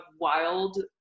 wild